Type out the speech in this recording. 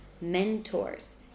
mentors